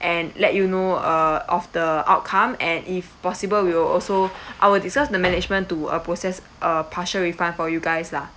and let you know uh of the outcome and if possible we will also I will discuss with management to uh process uh partial refund for you guys lah